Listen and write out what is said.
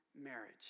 marriage